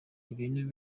ibintu